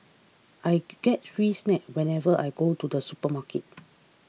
I get free snacks whenever I go to the supermarket